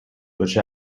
which